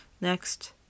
Next